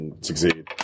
succeed